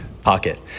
Pocket